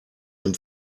dem